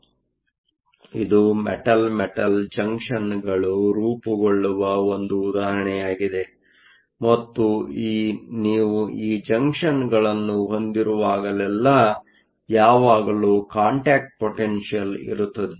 ಆದ್ದರಿಂದ ಇದು metal metal ಜಂಕ್ಷನ್ಗಳು ರೂಪುಗೊಳ್ಳುವ ಒಂದು ಉದಾಹರಣೆಯಾಗಿದೆ ಮತ್ತು ನೀವು ಈ ಜಂಕ್ಷನ್ಗಳನ್ನು ಹೊಂದಿರುವಾಗಲೆಲ್ಲಾ ಯಾವಾಗಲೂ ಕಾಂಟ್ಯಾಕ್ಟ್ ಪೊಟೆನ್ಷಿಯಲ್ ಇರುತ್ತದೆ